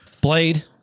Blade